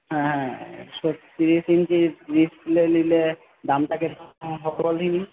হ্যাঁ সব জিনিসগুলো নিলে দামটা কীরকম হবে বল দিখিনি